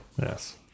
Yes